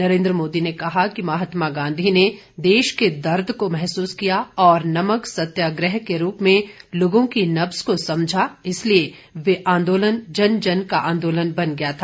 नरेन्द्र मोदी ने कहा कि महात्मा गांधी ने देश के दर्द को महसूस किया और नमक सत्याग्रह के रूप में लोगों की नब्ज को समझा इसलिए वह आंदोलन जन जन का आंदोलन बन गया था